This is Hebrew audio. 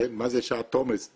מה זה שעת עומס?